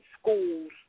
schools